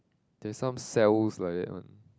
there's some cells like that one